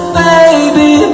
baby